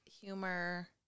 humor